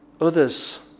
Others